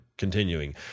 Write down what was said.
Continuing